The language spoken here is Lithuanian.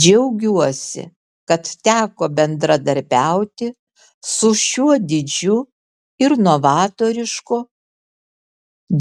džiaugiuosi kad teko bendradarbiauti su šiuo didžiu ir novatorišku